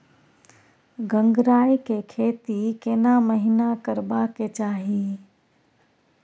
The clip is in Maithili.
गंगराय के खेती केना महिना करबा के चाही?